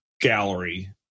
Gallery